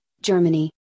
Germany